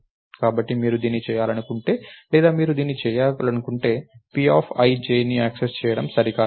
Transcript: కాబట్టి మీరు దీన్ని చేయకుంటే లేదా మీరు దీన్ని చేయకుంటేpij ని యాక్సెస్ చేయడం సరికాదు